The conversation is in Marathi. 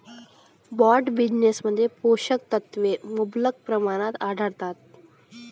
ब्रॉड बीन्समध्ये पोषक तत्वे मुबलक प्रमाणात आढळतात